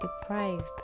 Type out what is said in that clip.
deprived